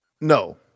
No